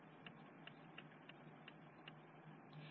इनका रेशो 10 और cystine tryptophan 2 to 3 होता है